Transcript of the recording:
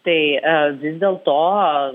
tai vis dėl to